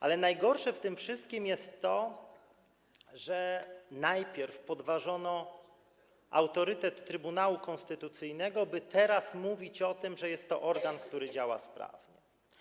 Ale najgorsze w tym wszystkim jest to, że najpierw podważono autorytet Trybunału Konstytucyjnego, by teraz mówić o tym, że jest to organ, który działa sprawnie.